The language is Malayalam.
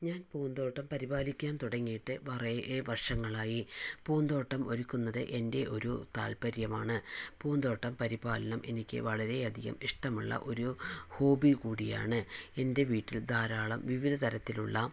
ഞാൻ പൂന്തോട്ടം പരിപാലിക്കാൻ തുടങ്ങിയിട്ട് കുറേ വർഷങ്ങളായി പൂന്തോട്ടം ഒരുക്കുന്നത് എൻ്റെ ഒരു താത്പര്യമാണ് പൂന്തോട്ടം പരിപാലനം എനിക്ക് വളരെയധികം ഇഷ്ടമുള്ള ഒരു ഹോബി കൂടിയാണ് എൻ്റെ വീട്ടിൽ ധാരാളം വിവിധ തരത്തിലുള്ള